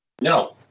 No